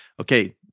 okay